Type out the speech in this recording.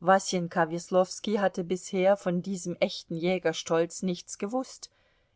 wasenka weslowski hatte bisher von diesem echten jägerstolz nichts gewußt